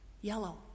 yellow